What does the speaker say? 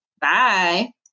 Bye